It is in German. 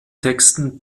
texten